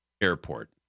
airport